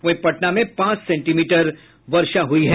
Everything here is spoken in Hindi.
वहीं पटना में पांच सेंटीमीटर वर्षा हुई है